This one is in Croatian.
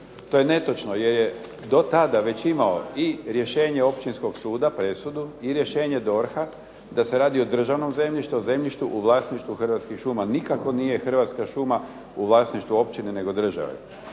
To je netočno jer je do tada već imao i rješenje općinskog suda, presudu i rješenje DORH-a da se radi o državnom zemljištu, o zemljištu u vlasništvu Hrvatskih šuma. Nikako nije hrvatska šuma u vlasništvu općine nego države.